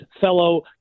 fellow